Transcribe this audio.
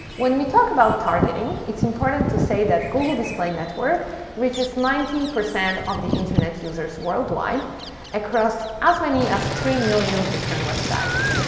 when we talk about targeting, it's important to say that google display network reaches ninety percent of the internet users worldwide across as many as three million different websites.